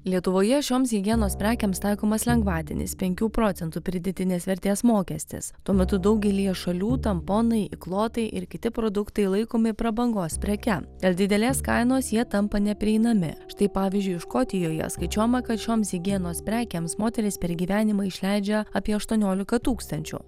lietuvoje šioms higienos prekėms taikomas lengvatinis penkių procentų pridėtinės vertės mokestis tuo metu daugelyje šalių tamponai įklotai ir kiti produktai laikomi prabangos preke dėl didelės kainos jie tampa neprieinami štai pavyzdžiui škotijoje skaičiuojama kad šioms higienos prekėms moterys per gyvenimą išleidžia apie aštuoniolika tūkstančių